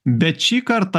bet šį kartą